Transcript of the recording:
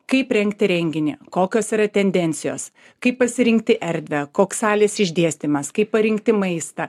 kaip rengti renginį kokios yra tendencijos kaip pasirinkti erdvę koks salės išdėstymas kaip parinkti maistą